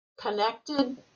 connected